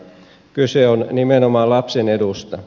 kyse on nimenomaan lapsen edusta